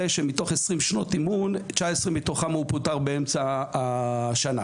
שמתוך 20 שנות אימון ב-19 מתוכן הוא פוטר באמצע השנה,